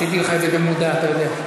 עשיתי לך את זה במודע, אתה יודע.